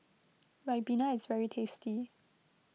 Ribena is very tasty